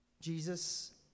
Jesus